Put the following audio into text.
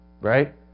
right